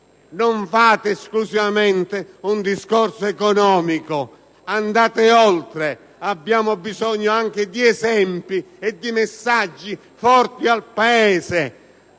Non fate esclusivamente un discorso economico; andate oltre. Abbiamo bisogno anche di esempi e di messaggi forti al Paese!